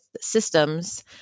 systems